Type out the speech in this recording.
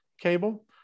cable